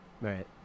Right